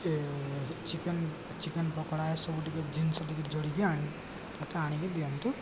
ଏ chicken chicken pakoda ଏ ସବୁ ଟିକେ ଜିନିଷ ଟିକେ ଯୋଡ଼ିକି ଆଣିକି ମୋତେ ଆଣିକି ଦିଅନ୍ତୁ